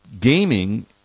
gaming